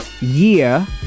year